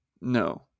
No